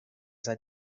that